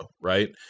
right